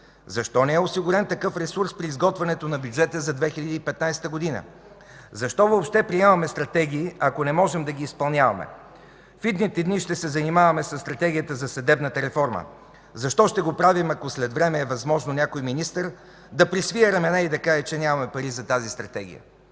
Защо не е осигурен такъв ресурс при изготвянето на бюджета за 2015 г.? Защо въобще приемаме стратегии, ако не можем да ги изпълняваме?! В идните дни ще се занимаваме с Стратегията за съдебната реформа. Защо ще го правим, ако след време е възможно някой министър да присвие рамене и да каже, че нямаме пари за тази стратегия?!